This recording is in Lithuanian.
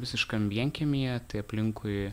visiškam vienkiemyje tai aplinkui